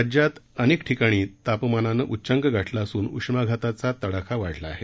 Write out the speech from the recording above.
राज्यात अनेक ठिकाणी तापमानानं उच्चांक गाठला असून उष्माघाताचा तडाखा वाढला आहे